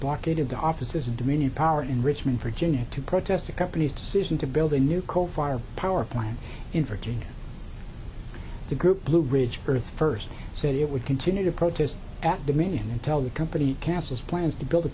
blockaded the offices of dominion power in richmond virginia to protest the company's decision to build a new coal fired power plant in virginia the group blue ridge earth first said it would continue to protest at dominion and tell the company kansas plans to build a